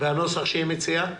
והנוסח שהיא מציעה?